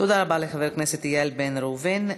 תודה רבה לחבר הכנסת איל בן ראובן.